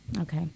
Okay